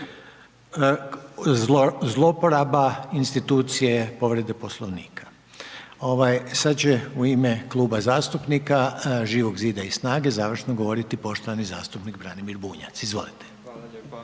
Zlouporaba institucije povrede poslovnika? Sada će u ime Kluba zastupnika Živog zida i SNAGA-e završno govoriti poštovani zastupnik Branimir Bunjac, izvolite. **Bunjac,